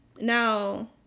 Now